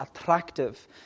attractive